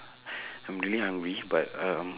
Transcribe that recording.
I'm really hungry but um